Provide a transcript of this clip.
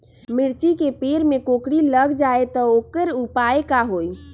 मिर्ची के पेड़ में कोकरी लग जाये त वोकर उपाय का होई?